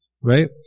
right